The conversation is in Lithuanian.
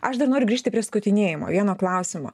aš dar noriu grįžti prie skutinėjimo vieno klausimo